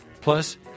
Plus